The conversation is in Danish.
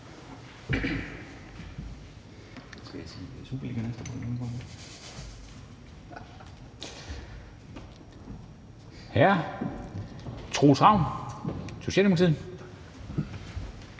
Hr. Troels Ravn, Socialdemokratiet.